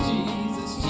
Jesus